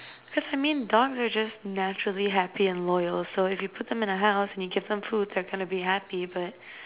cause I mean dogs are just naturally happy and loyal so if you put them in a house and you give them food they're gonna be happy but